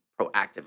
proactively